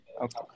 Okay